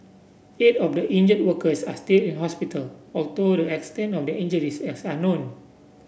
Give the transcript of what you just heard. eight of the injured workers are still in hospital although the extent of their injuries is unknown